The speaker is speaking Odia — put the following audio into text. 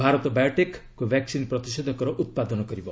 ଭାରତ ବାୟୋଟେକ୍ କୋଭାକ୍ସିନ୍ ପ୍ରତିଷେଧକର ଉତ୍ପାଦନ କରିବ